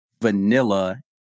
vanilla